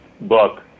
book